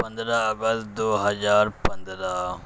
پندرہ اگست دو ہزار پندرہ